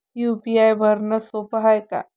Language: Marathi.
यू.पी.आय भरनं सोप हाय का?